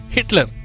Hitler